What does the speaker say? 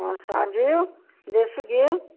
कौन सा घिऊ देसी घिऊ